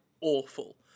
awful